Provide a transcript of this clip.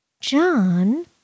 John